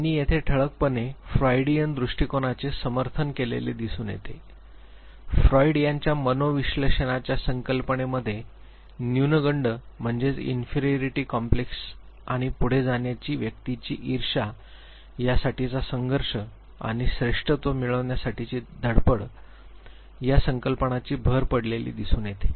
त्यांनी येथे ठळकपणे फ्रॉइडियन दृष्टिकोनाचे समर्थन केलेले दिसून येते फ्रॉईड यांच्या मनोविश्लेषणाच्या संकल्पनेमध्ये न्यूनगंड म्हणजेच इन्फ़ेरिओरिटी कॉम्प्लेक्सची आणि पुढे जाण्याची व्यक्तीची ईर्षा त्यासाठीचा संघर्ष आणि श्रेष्ठत्व मिळवण्यासाठीची धडपड या संकल्पनांची भर पडलेली दिसून येते